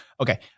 Okay